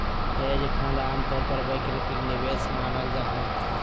hedge fund आमतौर पर वैकल्पिक निवेश मानल जा हय